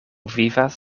vivas